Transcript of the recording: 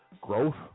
growth